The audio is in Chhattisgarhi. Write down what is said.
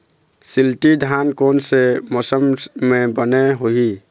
शिल्टी धान कोन से मौसम मे बने होही?